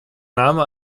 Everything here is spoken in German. name